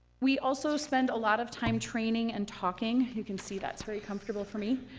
we also spend a lot of time training and talking, you can see that's very comfortable for me.